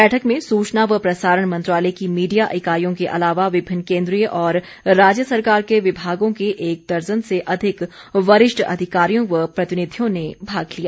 बैठक में सूचना व प्रसारण मंत्रालय की मीडिया इकाईयों के अलावा विभिन्न केन्द्रीय और राज्य सरकार के विभागों के एक दर्जन से अधिक वरिष्ठ अधिकारियों व प्रतिनिधियों ने भाग लिया